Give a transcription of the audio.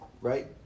Right